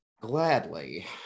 Gladly